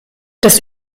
das